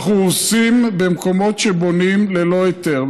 אנחנו הורסים במקומות שבונים ללא היתר.